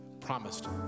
promised